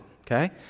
okay